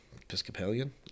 Episcopalian